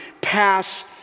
pass